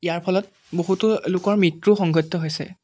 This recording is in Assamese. ইয়াৰ ফলত বহুতো লোকৰ মৃত্যু সংঘটিত হৈছে